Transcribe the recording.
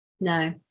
No